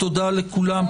תודה לכולם,